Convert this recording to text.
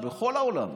בכל עולם,